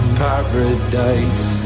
paradise